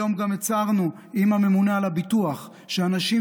היום גם הצהרנו עם הממונה על הביטוח שאנשים